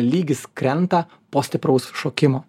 lygis krenta po stipraus šokimo